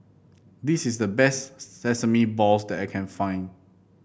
this is the best Sesame Balls that I can find